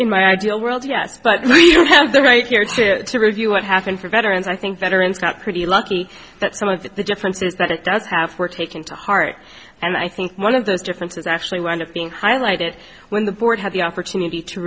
in my ideal world yet but do you have the right here to to review what happened for veterans i think veterans got pretty lucky that some of that the difference is that it does pass were taken to heart and i think one of those differences actually wound up being highlighted when the board had the opportunity to